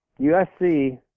USC